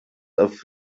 auf